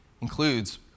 includes